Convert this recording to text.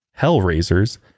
hellraisers